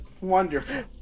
Wonderful